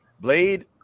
Blade